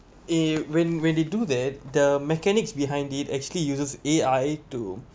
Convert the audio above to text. a when when they do that the mechanics behind it actually uses A_I too